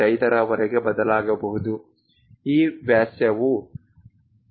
5 ರವರೆಗೆ ಬದಲಾಗಬಹುದು ಈ ವ್ಯಾಸವು 1